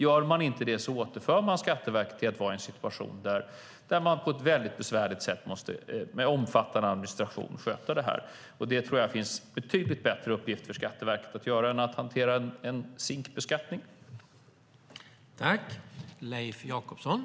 Gör man inte det återför man Skatteverket till en situation där Skatteverket på ett väldigt besvärligt sätt och med omfattande administration måste sköta det här. Jag tror att det finns betydligt viktigare uppgifter för Skatteverket att hantera än en SINK-beskattning.